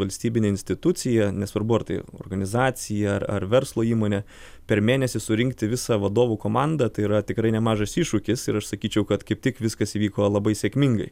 valstybinę instituciją nesvarbu ar tai organizacija ar ar verslo įmonė per mėnesį surinkti visą vadovų komandą tai yra tikrai nemažas iššūkis ir aš sakyčiau kad kaip tik viskas įvyko labai sėkmingai